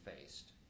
faced